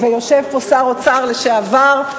ויושב פה שר האוצר לשעבר,